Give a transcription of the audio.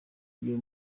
byo